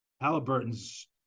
Halliburton's